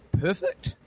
perfect